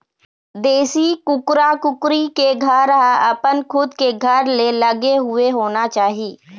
देशी कुकरा कुकरी के घर ह अपन खुद के घर ले लगे हुए होना चाही